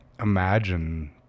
imagine